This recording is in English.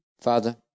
Father